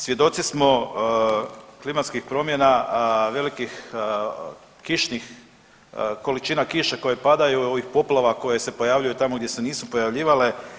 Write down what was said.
Svjedoci smo klimatskih promjena, velikih kišnih količina kiše koje padaju i ovih poplava koje se pojavljuju tamo gdje se nisu pojavljivale.